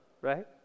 right